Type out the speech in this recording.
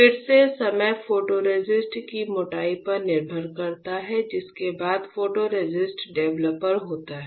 फिर से समय फोटोरेसिस्ट की मोटाई पर निर्भर करता है जिसके बाद फोटोरेसिस्ट डेवलपर होता है